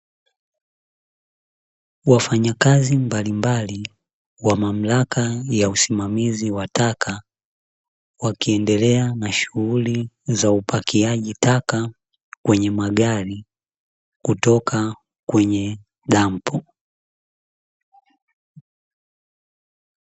Wafanyakazi mbalimbali wa mamlaka ya usimamizi wa taka, wakiendelea na shughuli za upakiaji taka kwenye magari kutoka kwenye dampo.